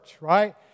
right